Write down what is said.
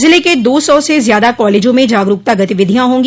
ज़िले के दो सौ से ज़्यादा कालेजों में जागरूकता गतिविधियां होंगी